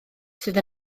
sydd